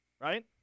Right